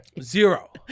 Zero